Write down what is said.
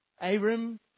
Abram